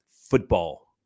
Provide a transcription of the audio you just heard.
football